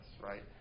right